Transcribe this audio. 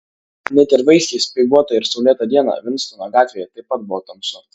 net ir vaiskią speiguotą ir saulėtą dieną vinstono gatvėje taip pat buvo tamsu